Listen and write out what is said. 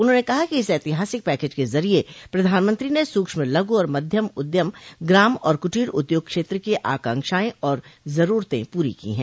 उन्होंने कहा कि इस ऐतिहासिक पैकेज के जरिए प्रधानमंत्री ने सूक्ष्म लघु और मध्यम उद्यम ग्राम और कूटीर उद्योग क्षेत्र की आकांक्षाएं और जरूरतें पूरी की हैं